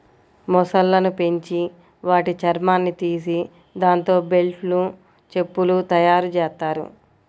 మొసళ్ళను పెంచి వాటి చర్మాన్ని తీసి దాంతో బెల్టులు, చెప్పులు తయ్యారుజెత్తారు